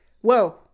whoa